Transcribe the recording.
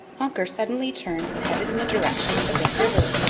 honker suddenly turned and headed in the direction of the big river.